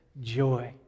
joy